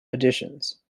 editions